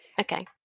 Okay